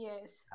Yes